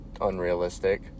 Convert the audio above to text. unrealistic